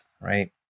Right